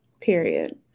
Period